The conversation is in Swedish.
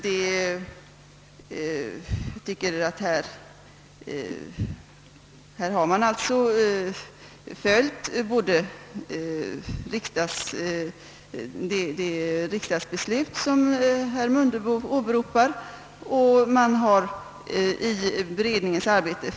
Beredningen har i sitt arbete alltså följt både det riksdagsbeslut som herr Mundebo åberopar och de direktiv som regeringen har givit.